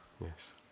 yes